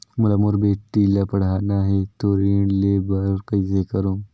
मोला मोर बेटी ला पढ़ाना है तो ऋण ले बर कइसे करो